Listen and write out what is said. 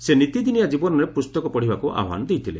ସେ ନିତିଦିନିଆ ଜୀବନରେ ପୁସ୍ତକ ପଢ଼ିବାକୁ ଆହ୍ୱାନ ଦେଇଥିଲେ